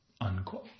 unquote